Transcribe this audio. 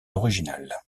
original